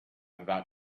about